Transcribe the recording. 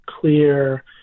clear